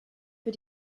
für